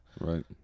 right